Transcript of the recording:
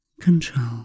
control